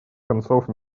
концов